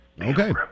Okay